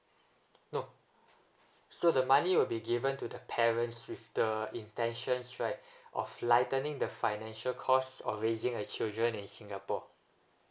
no so the money will be given to the parents with the intentions right of lightening the financial cost of raising a children in singapore